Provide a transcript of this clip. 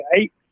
eight